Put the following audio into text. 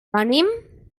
venim